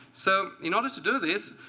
so in order to do this,